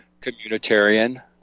communitarian